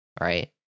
right